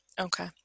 Okay